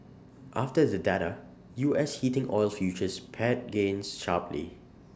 after the data U S heating oil futures pared gains sharply